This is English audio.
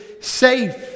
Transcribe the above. safe